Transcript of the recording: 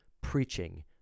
preaching